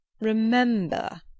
Remember